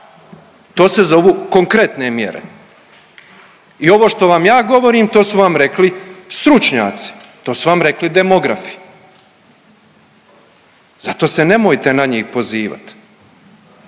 To se zovu konkretne mjere. I ovo što vam ja govorim to su vam rekli stručnjaci, to su vam rekli demografi. Zato se nemojte na njih pozivat.